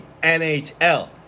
NHL